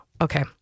Okay